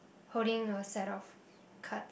holding a set of cards